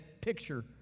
picture